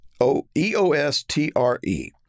O-E-O-S-T-R-E